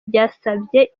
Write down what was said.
byasabye